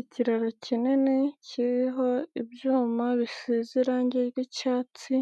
Ikiraro kinini kiriho ibyuma bisize irangi ry'icyatsi,